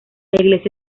iglesia